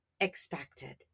expected